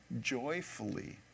joyfully